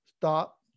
stop